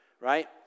right